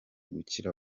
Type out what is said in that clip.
gukira